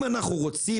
אם אנחנו רוצים,